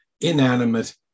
inanimate